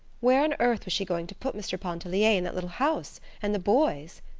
where on earth was she going to put mr. pontellier in that little house, and the boys?